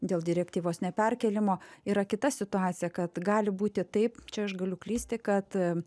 dėl direktyvos neperkėlimo yra kita situacija kad gali būti taip čia aš galiu klysti kad